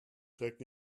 trägt